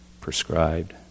prescribed